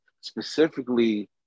specifically